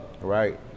Right